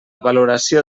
valoració